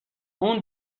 اون